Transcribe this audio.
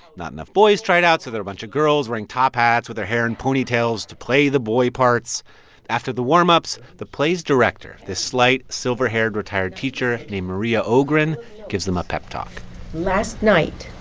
not enough boys tried out, so there are a bunch of girls wearing top hats with their hair in ponytails to play the boy parts after the warmups, the play's director this slight, silver-haired retired teacher named maria ogren gives them a pep talk last night,